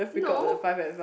no